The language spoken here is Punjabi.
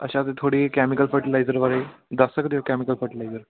ਅੱਛਾ ਅਤੇ ਥੋੜ੍ਹੀ ਕੈਮੀਕਲ ਫਰਟੀਲਾਈਜ਼ਰ ਬਾਰੇ ਦੱਸ ਸਕਦੇ ਹੋ ਕੈਮੀਕਲ ਫਰਟੀਲਾਈਜ਼ਰ